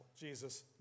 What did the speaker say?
Jesus